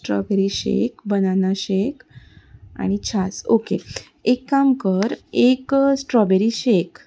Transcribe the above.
strawberry shake banana shake आनी छाज okay एक काम कर एक स्ट्रोबॅरी शेक